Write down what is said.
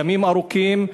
ימים ארוכים,